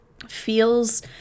Feels